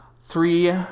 Three